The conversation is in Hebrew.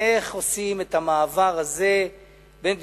איך עושים את המעבר הזה בין דיון,